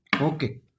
Okay